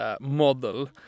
model